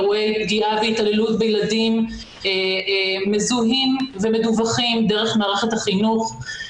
אירועי פגיעה והתעללות בילדים מזוהים ומדווחים דרך מערכת החינוך,